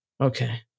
Okay